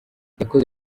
yakoze